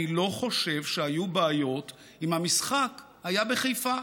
אני לא חושב שהיו בעיות אם המשחק היה בחיפה.